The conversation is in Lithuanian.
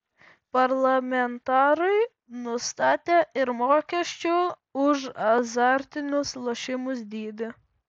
parlamentarai nustatė ir mokesčių už azartinius lošimus dydį